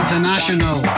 International